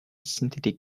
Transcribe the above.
synthetic